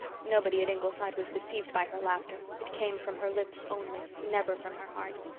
nobody at ingleside was deceived by her laughter it came from her lips only, never from her heart.